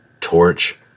Torch